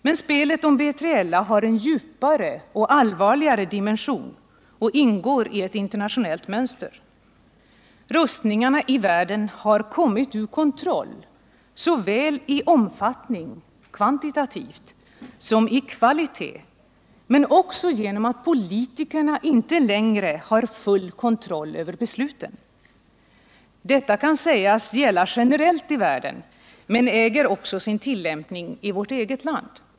Men spelet om B3LA har en djupare och allvarligare dimension och ingår i ett internationellt mönster. Rustningarna i världen har kommit ur kontroll såväl i omfattning kvantitativt som i ”kvalitet” men också genom att politikerna inte längre har full kontroll över besluten. Detta kan sägas gälla generellt i världen men äger också sin tillämpning i vårt eget land.